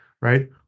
right